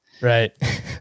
Right